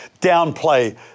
downplay